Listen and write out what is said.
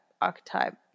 archetype